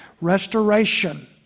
restoration